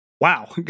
Wow